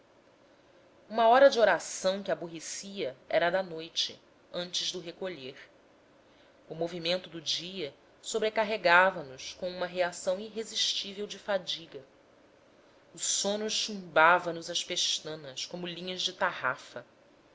uma hora de oração que aborrecia era a da noite antes do recolher o movimento do dia sobrecarregava nos com uma reação irresistível de fadiga o sono chumbava nos as pestanas como linhas de tarrafa